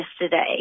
yesterday